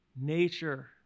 nature